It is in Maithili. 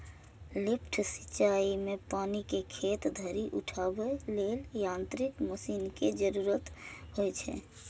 लिफ्ट सिंचाइ मे पानि कें खेत धरि उठाबै लेल यांत्रिक मशीन के जरूरत होइ छै